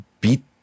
beat